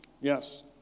Yes